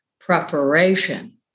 Preparation